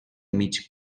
mig